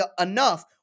enough